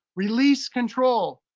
release control.